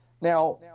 Now